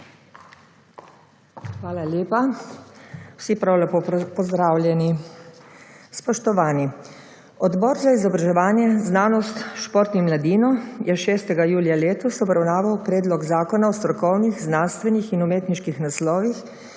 Hvala lepa. Vsi prav lepo pozdravljeni! Spoštovani! Odbor za izobraževanje, znanost, šport in mladino je 6. julija letos obravnaval predlog zakona o strokovnih, znanstvenih in umetniških naslovih,